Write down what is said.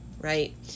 right